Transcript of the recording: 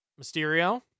Mysterio